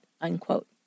unquote